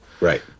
Right